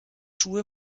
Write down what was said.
schuhe